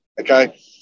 okay